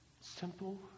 simple